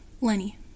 Lenny